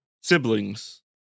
siblings